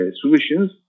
solutions